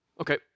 Okay